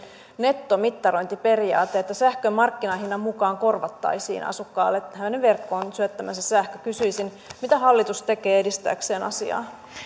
nettomittarointiperiaate sähkön markkinahinnan mukaan korvattaisiin asukkaalle hänen verkkoon syöttämänsä sähkö kysyisin mitä hallitus tekee edistääkseen asiaa